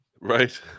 Right